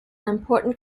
important